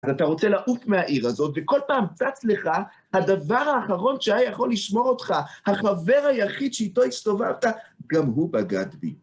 אז אתה רוצה לעוף מהעיר הזאת, וכל פעם צץ לך, הדבר האחרון שהיה יכול לשמור אותך, החבר היחיד שאיתו הסתובבת, גם הוא בגד בי.